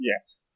Yes